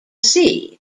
sea